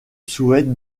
souhaite